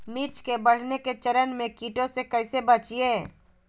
मिर्च के बढ़ने के चरण में कीटों से कैसे बचये?